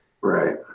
Right